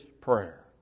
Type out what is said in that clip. prayer